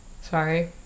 Sorry